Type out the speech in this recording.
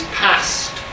passed